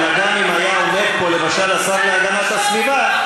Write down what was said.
אלא גם אם היה עומד פה למשל השר להגנת הסביבה,